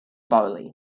barley